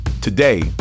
Today